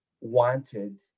wanted